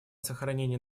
сохранение